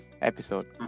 episode